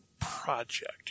project